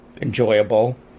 enjoyable